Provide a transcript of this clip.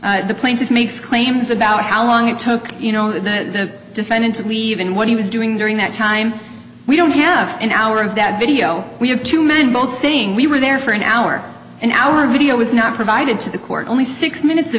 video the plaintiff makes claims about how long it took you know the defendant to leave and what he was doing during that time we don't have an hour of that video we have two men both saying we were there for an hour an hour video was not provided to the court only six minutes of